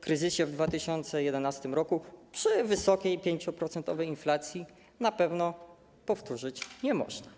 kryzysie w 2011 r. przy wysokiej 5-procentowej inflacji na pewno powtórzyć nie można.